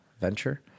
venture